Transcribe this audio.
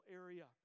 area